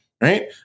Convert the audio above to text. Right